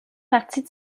partie